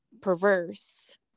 perverse